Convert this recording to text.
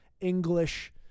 English